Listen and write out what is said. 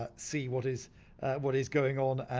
ah see what is what is going on,